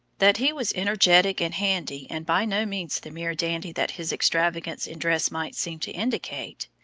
that he was energetic and handy and by no means the mere dandy that his extravagance in dress might seem to indicate,